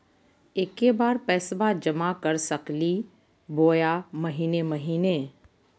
एके बार पैस्बा जमा कर सकली बोया महीने महीने?